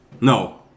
No